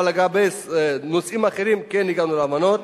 אבל לגבי נושאים אחרים כן הגענו להבנות.